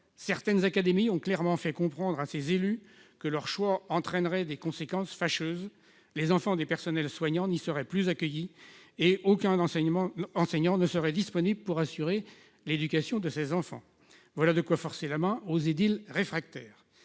certaines académies ont clairement fait comprendre à ces élus que leur choix entraînerait des conséquences fâcheuses : les enfants des personnels soignants ne seraient plus accueillis dans leurs écoles et aucun enseignant ne serait disponible pour y assurer l'éducation de ces enfants. Voilà de quoi forcer la main aux édiles réfractaires